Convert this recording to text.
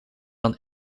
dan